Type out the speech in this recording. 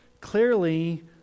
Clearly